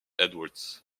edwards